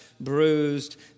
bruised